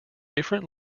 different